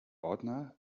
ordner